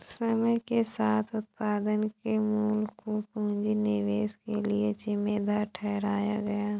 समय के साथ उत्पादन के मूल्य को पूंजी निवेश के लिए जिम्मेदार ठहराया गया